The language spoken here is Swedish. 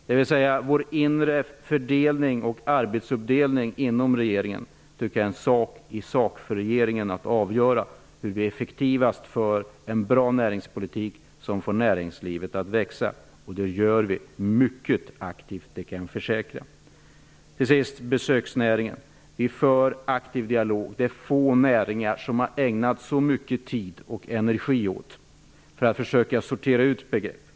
Den inre arbetsfördelningen inom regeringen är en fråga för regeringen att avgöra, liksom hur vi effektivast för en bra näringspolitik som får näringslivet att växa. Det gör vi mycket aktivt, det kan jag försäkra. Slutligen till frågan om besöksnäringen. Vi för en aktiv dialog. Det är få näringar som vi har ägnat så mycken tid och energi åt för att försöka reda ut begreppen.